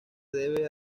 debe